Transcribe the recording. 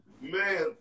Man